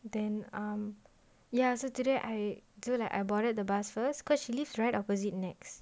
then um ya so today I so like I boarded the bus first cause she lives right opposite nex